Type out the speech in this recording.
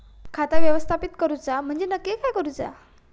खाता व्यवस्थापित करूचा म्हणजे नक्की काय करूचा?